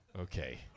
Okay